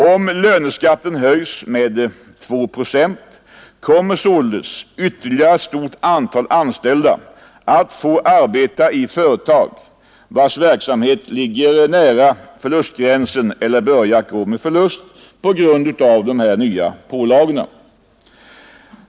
Om löneskatten höjs med 2 procent kommer således ytterligare ett stort antal anställda att få arbeta i företag, vilkas verksamhet ligger nära förlustgränsen eller börjar att gå med förlust på grund av de nya pålagorna.